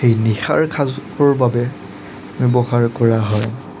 এই নিশাৰ সাঁজৰ বাবে ব্যৱহাৰ কৰা হয়